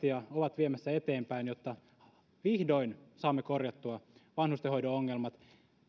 ja ovat viemässä eteenpäin jotta vihdoin saamme korjattua vanhustenhoidon ongelmat